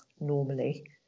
normally